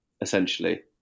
essentially